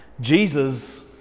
Jesus